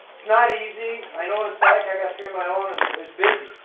it's not easy, i know what it's like. i got three of my own and it's busy.